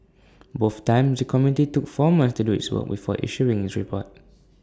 both times the committee took four months to do its work before issuing its report